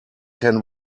can